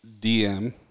DM